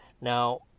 Now